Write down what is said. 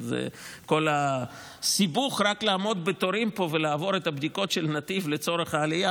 כל הסיבוך רק לעמוד פה בתורים ולעבור את הבדיקות של נתיב לצורך עלייה,